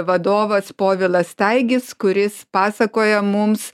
vadovas povilas staigis kuris pasakoja mums